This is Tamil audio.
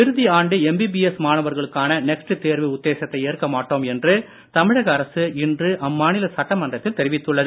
இறுதி ஆண்டு எம்பிபிஎஸ் மாணவர்களுக்கான நெக்ஸ்ட் தேர்வு உத்தேசத்தை ஏற்க மாட்டோம் என்று தமிழக அரசு இன்று அம்மாநில சட்டமன்றத்தில் தெரிவித்துள்ளது